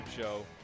Show